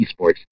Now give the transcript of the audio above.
Esports